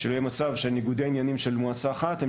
שלא יהיה מצב שניגודי העניינים של מועצה אחת הם